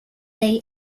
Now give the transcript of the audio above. dig